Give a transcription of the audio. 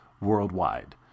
worldwide